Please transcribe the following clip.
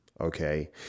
Okay